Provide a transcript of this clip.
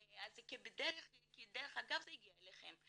אז כדרך אגב זה הגיע אליכם.